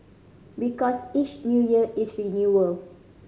because each New Year is renewal